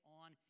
on